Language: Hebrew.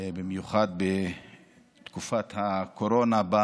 במיוחד בתקופת הקורונה,